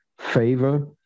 favor